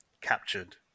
captured